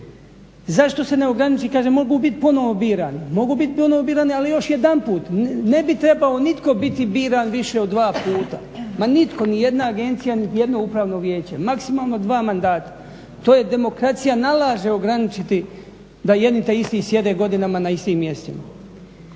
Zašto se ne ograniči, kaže mogu biti ponovno birani. Mogu biti ponovno birani ali još jedanput, ne bi trebao nitko biti biran više od 2 puta. Ma nitko, nijedna agencija, niti jedno upravno vijeće. Maksimalno 2 mandata, to demokracija nalaže ograničiti da jedni te isti sjede godinama na istim mjestima.